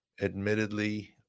admittedly